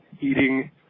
eating